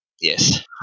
Yes